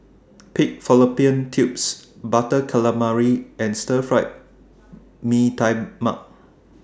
Pig Fallopian Tubes Butter Calamari and Stir Fried Mee Tai Mak